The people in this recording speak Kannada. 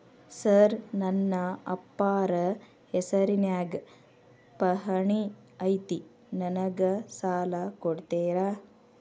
ಸರ್ ನನ್ನ ಅಪ್ಪಾರ ಹೆಸರಿನ್ಯಾಗ್ ಪಹಣಿ ಐತಿ ನನಗ ಸಾಲ ಕೊಡ್ತೇರಾ?